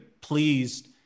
pleased